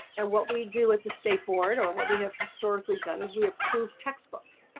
and what we do at the state board or what we have historically done is we have proved textbooks.